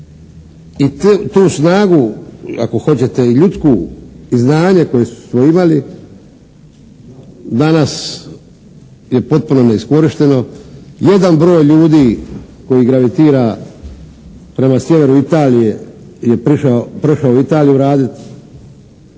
i tu snagu, ako hoćete i ljudsku i znanje koje smo imali, danas je potpuno neiskorišteno. Jedan broj ljudi koji gravitira prema sjeveru Italije je prešao u Italiju raditi,